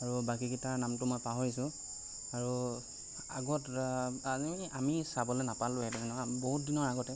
আৰু বাকীকেইটাৰ নামটো মই পাহৰিছোঁ আৰু আগত আমি চাবলৈ নাপালোহেঁতেন বহুত দিনৰ আগতে